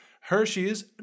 Hershey's